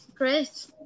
Great